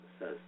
says